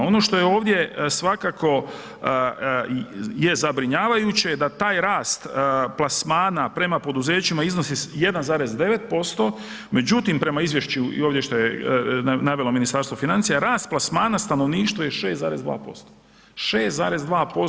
Ono što je ovdje svakako je zabrinjavajuće da taj rast plasmana prema poduzećima iznosi 1,9% međutim prema izvješću i ovdje je navelo Ministarstvo financija rast plasmana stanovništva je 6,2%